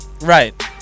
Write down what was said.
Right